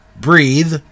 Breathe